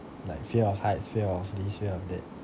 like fear of heights fear of this fear of that